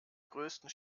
größten